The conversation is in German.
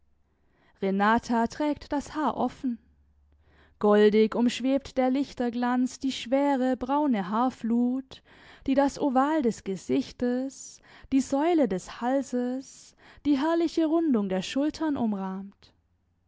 renata trägt das haar offen goldig umschwebt der lichterglanz die schwere braune haarflut die das oval des gesichtes die säule des halses die herrliche rundung der schultern umrahmt